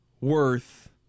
worth